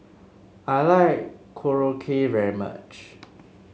I like Korokke very much